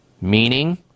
meaning